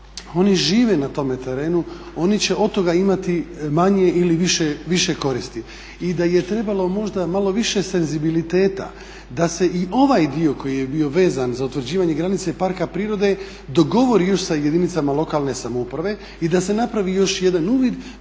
oni žive na tome terenu, oni će od toga imati manje ili više koristi. I da je trebalo možda malo više senzibiliteta da se i ovaj dio koji je bio vezan za utvrđivanje granice parka prirode dogovori još sa jedinicama lokalne samouprave i da se napravi još jedan uvid.